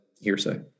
hearsay